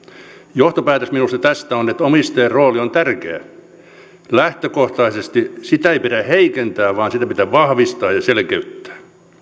johtopäätös tästä on minusta se että omistajan rooli on tärkeä lähtökohtaisesti sitä ei pidä heikentää vaan sitä pitää vahvistaa ja selkeyttää